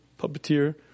puppeteer